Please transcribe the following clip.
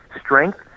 strength